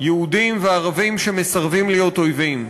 של יהודים וערבים שמסרבים להיות אויבים.